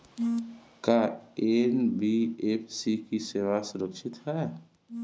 का एन.बी.एफ.सी की सेवायें सुरक्षित है?